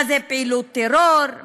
מה זה פעילות טרור,